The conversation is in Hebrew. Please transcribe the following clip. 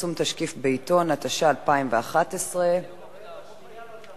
התשע"א 2011. חוק השקעות בנאמנות (תיקון מס' 19),